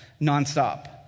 nonstop